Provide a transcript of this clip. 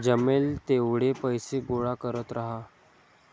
जमेल तेवढे पैसे गोळा करत राहा